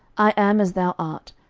i am as thou art,